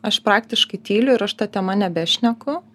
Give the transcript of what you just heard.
aš praktiškai tyliu ir aš ta tema nebešneku